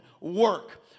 work